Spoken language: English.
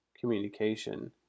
communication